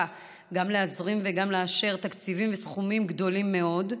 גם להזרים וגם לאשר תקציבים וסכומים גדולים מאוד,